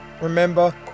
Remember